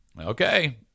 Okay